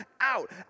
out